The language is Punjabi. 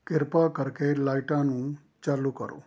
ਕਿਰਪਾ ਕਰਕੇ ਲਾਈਟਾਂ ਨੂੰ ਚਾਲੂ ਕਰੋ